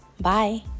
Bye